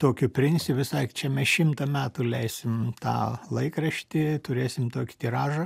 tokiu principu jis sakė čia mes šimtą metų leisim tą laikraštį turėsim tokį tiražą